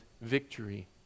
victory